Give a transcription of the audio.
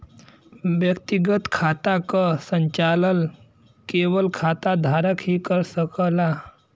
व्यक्तिगत खाता क संचालन केवल खाता धारक ही कर सकला